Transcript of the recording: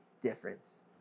difference